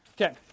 Okay